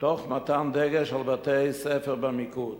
תוך מתן דגש על בתי-ספר במיקוד.